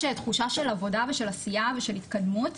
תחושה של עבודה ושל עשייה ושל התקדמות.